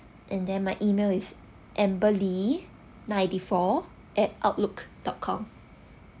and then my email is amber lee ninety four at outlook dot com